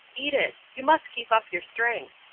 eat it. you must keep up your strength.